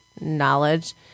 knowledge